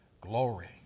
glory